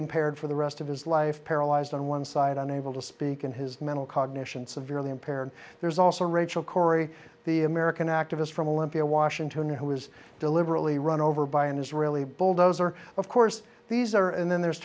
impaired for the rest of his life paralyzed on one side unable to speak and his mental cognition severely impaired there's also rachel corrie the american activist from olympia washington who was deliberately run over by an israeli bulldozer of course these are and then there's